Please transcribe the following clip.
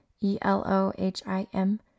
E-L-O-H-I-M